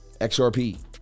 XRP